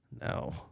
no